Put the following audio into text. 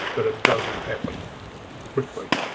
but it doesn't happen quickly.